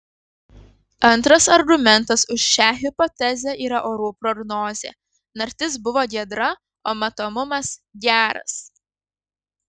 antras argumentas už šią hipotezę yra orų prognozė naktis buvo giedra o matomumas geras